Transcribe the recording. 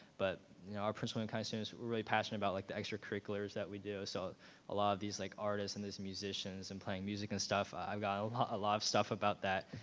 but you know, our prince william county students, we're really passionate about like, the extracurriculars that we do. so a lot of these like artists and these musicians and playing music and stuff, i've got a lot of stuff about that.